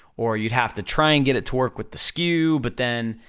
or you'd have to try and get it to work with the skew, but then,